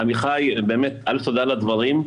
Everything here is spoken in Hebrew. עמיחי באמת תודה על הדברים.